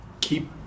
keep